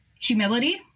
humility